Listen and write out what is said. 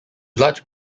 large